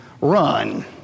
Run